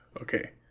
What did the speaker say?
Okay